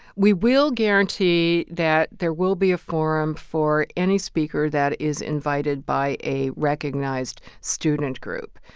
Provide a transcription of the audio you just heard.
we will guarantee that there will be a forum for any speaker that is invited by a recognized student group,